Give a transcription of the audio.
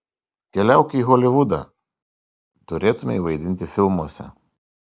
keliauk į holivudą turėtumei vaidinti filmuose